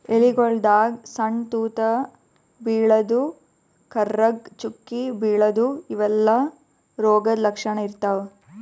ಎಲಿಗೊಳ್ದಾಗ್ ಸಣ್ಣ್ ತೂತಾ ಬೀಳದು, ಕರ್ರಗ್ ಚುಕ್ಕಿ ಬೀಳದು ಇವೆಲ್ಲಾ ರೋಗದ್ ಲಕ್ಷಣ್ ಇರ್ತವ್